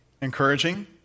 encouraging